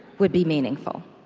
would be meaningful